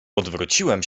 odwróciłem